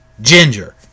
Ginger